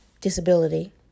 disability